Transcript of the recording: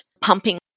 pumping